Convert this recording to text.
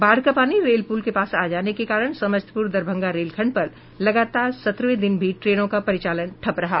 बाढ़ का पानी रेल पुल के पास आ जाने के कारण समस्तीपुर दरभंगा रेलखंड पर लगातार सत्रहवें दिन भी ट्रेनों का परिचालन ठप्प रहा